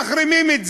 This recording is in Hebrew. מחרימים את זה.